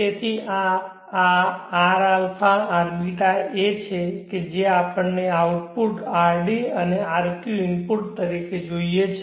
તેથી આ rα rß એ છે જે આપણને આઉટપુટ rd અને rq ઇનપુટ તરીકે જોઈએ છે